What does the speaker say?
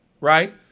right